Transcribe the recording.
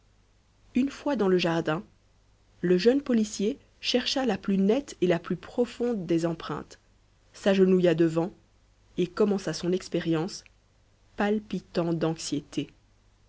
une fois dans le jardin le jeune policier chercha la plus nette et la plus profonde des empreintes s'agenouilla devant et commença son expérience palpitant d'anxiété